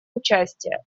участия